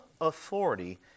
authority